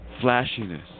flashiness